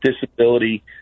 disability